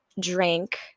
drank